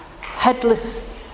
headless